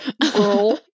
Girl